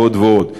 ועוד ועוד.